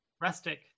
Rustic